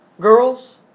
Girls